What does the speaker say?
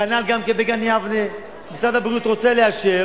כנ"ל בגן-יבנה, משרד הבריאות רוצה לאשר